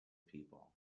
people